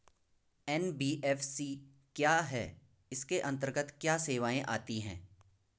NBFC क्या है इसके अंतर्गत क्या क्या सेवाएँ आती हैं?